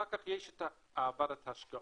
אחר כך יש את ועדת ההשקעות.